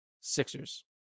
Sixers